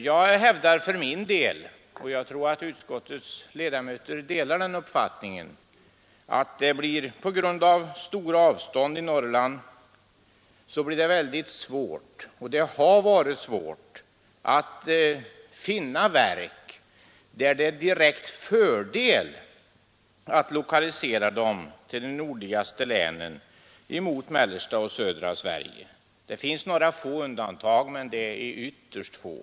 Jag hävdar för min del — och jag tror att utskottets ledamöter delar den uppfattningen — att det på grund av de stora avstånden i Norrland blir väldigt svårt att finna verk som det är en direkt fördel att lokalisera till de nordligaste länen i stället för till södra och mellersta Sverige. Det finns några undantag, men de är ytterst få.